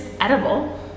edible